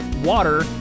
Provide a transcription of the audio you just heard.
water